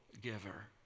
giver